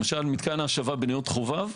למשל, מתקן ההשבה בנאות חובב,